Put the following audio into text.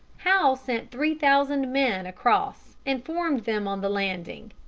howe sent three thousand men across and formed them on the landing.